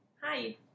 Hi